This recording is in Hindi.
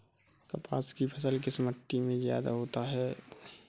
कपास की फसल किस मिट्टी में ज्यादा होता है?